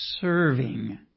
serving